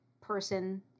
person